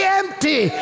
empty